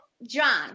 John